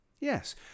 Yes